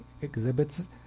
exhibits